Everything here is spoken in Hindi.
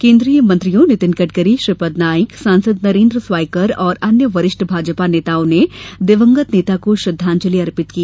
केन्द्रीय मंत्रियो नितिन गडकरी श्रीपद नाइक सांसद नरेन्द्र स्वाइकर और अन्य वरिष्ठ भाजपा नेताओं ने दिवंगत नेता को श्रद्वांजलि दी